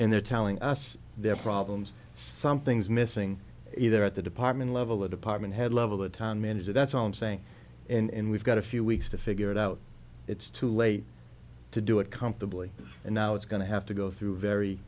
and they're telling us their problems something's missing either at the department level or department head level the town manager that's all i'm saying and we've got a few weeks to figure it out it's too late to do it comfortably and now it's going to have to go through very